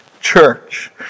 church